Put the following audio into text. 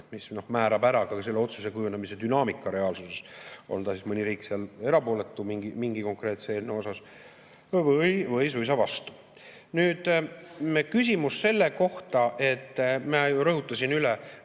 mis määrab ära ka selle otsuse kujunemise dünaamika reaalsuses. On siis mõni riik seal erapooletu mingi konkreetse eelnõu puhul või suisa vastu. Nüüd, küsimus selle kohta, et ma ju rõhutasin üle: